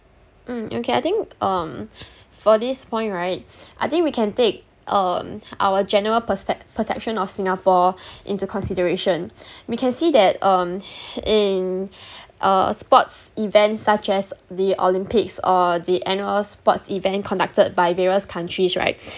mm okay I think um for this point right I think we can take um our general perspec~ perception of singapore into consideration we can see that um in uh sports event such as the olympics or the annual sports events conducted by various countries right